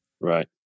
Right